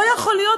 לא יכול להיות.